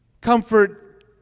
Comfort